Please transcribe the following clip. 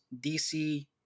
DC